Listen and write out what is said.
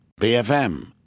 BFM